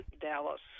Dallas